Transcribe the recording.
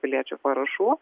piliečių parašų